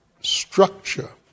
structure